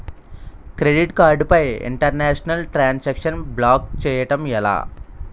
Credit card పై international transaction block చేయటం ఎలా?